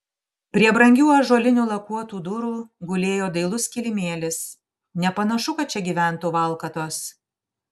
prie brangių ąžuolinių lakuotų durų gulėjo dailus kilimėlis nepanašu kad čia gyventų valkatos